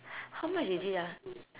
how much is it ah